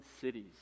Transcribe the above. cities